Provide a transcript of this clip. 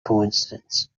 coincidence